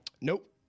Nope